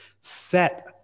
set